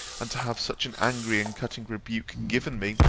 and to have such an angry and cutting rebuke given me,